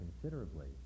considerably